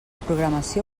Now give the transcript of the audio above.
programació